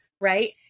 right